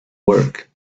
work